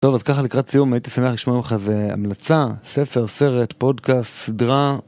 טוב אז ככה לקראת סיום הייתי שמח לשמוע ממך איזה המלצה ספר, סרט, פודקאסט, סדרה.